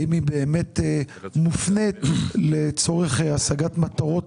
האם היא באמת מופנית לצורך השגת מטרות